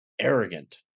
arrogant